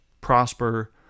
prosper